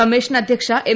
commission അദ്ധ്യക്ഷ M